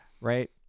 Right